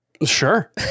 Sure